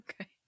Okay